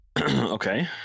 Okay